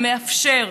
המאפשר.